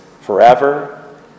forever